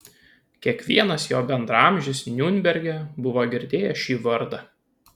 kiekvienas jo bendraamžis niurnberge buvo girdėjęs šį vardą